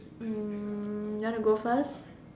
um you want to go first